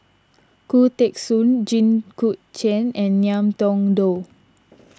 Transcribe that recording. Khoo Teng Soon Jit Koon Ch'ng and Ngiam Tong Dow